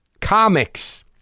comics